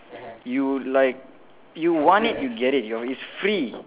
you like you want it you get it you know it's free